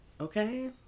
Okay